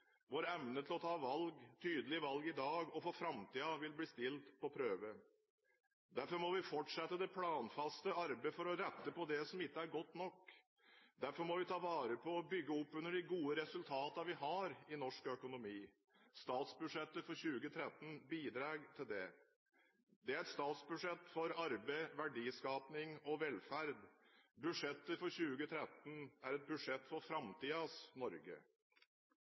Vår evne til å ta tydelige valg i dag – og for framtiden – vil bli stilt på prøve. Derfor må vi fortsette det planfaste arbeidet for å rette på det som ikke er godt nok. Derfor må vi ta vare på og bygge opp under de gode resultatene vi har i norsk økonomi. Statsbudsjettet for 2013 bidrar til det. Det er et budsjett for arbeid, verdiskaping og velferd. Statsbudsjettet for 2013 er et budsjett for framtidens Norge.